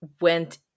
went